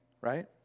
right